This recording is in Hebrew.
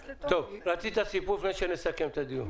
רצית סיפור לפני שנסכם את הדיון.